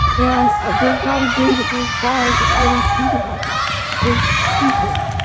and there's not a day that goes by that i don't think about those those people.